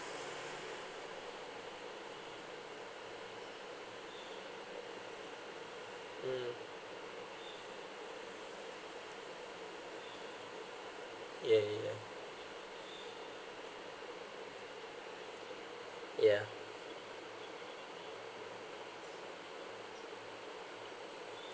mm yeah yeah yeah yeah